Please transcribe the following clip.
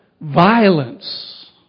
Violence